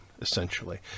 essentially